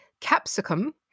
capsicum